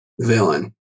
villain